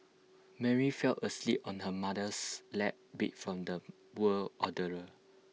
Mary fell asleep on her mother's lap beat from the ordeal